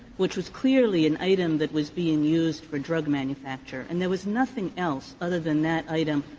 which was clearly an item that was being used for drug manufacture. and there was nothing else other than that item,